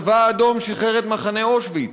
הצבא האדום שחרר את מחנה אושוויץ,